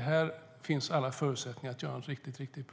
Här finns alltså alla förutsättningar att göra något riktigt bra.